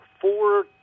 four